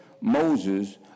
Moses